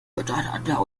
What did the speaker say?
miteinander